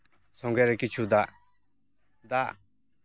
ᱥᱚᱸᱜᱮ ᱨᱮ ᱠᱤᱪᱷᱩ ᱫᱟᱜ ᱫᱟᱜ